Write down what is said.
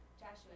Joshua